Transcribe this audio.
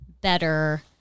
better